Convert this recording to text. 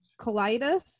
colitis